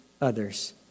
others